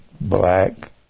black